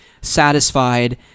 satisfied